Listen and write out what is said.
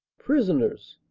prisoners,